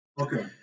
Okay